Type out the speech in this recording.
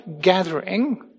gathering